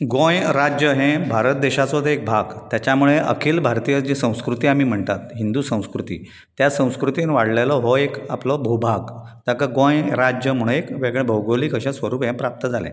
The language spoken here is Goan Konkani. गोंय राज्य हें भारत देशाचोच एक भाग त्याच्या मूळे अखील भारतीय जी संस्कृती जी आमी म्हणटात हिंदू संस्कृती त्या संस्कृतेन वाडलेलो हो एक आपलो भुभाग ताका गोंय राज्य म्हण एक वेगळे भौगोलीक अशें एक वेगळे स्वरूप प्राप्त जाले